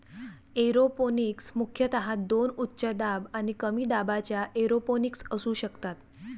aeroponics मुख्यतः दोन उच्च दाब आणि कमी दाबाच्या एरोपोनिक्स असू शकतात